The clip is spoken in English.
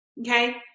Okay